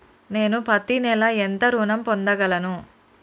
నేను పత్తి నెల ఎంత ఋణం పొందగలను?